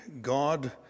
God